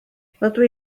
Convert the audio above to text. rydw